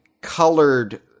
colored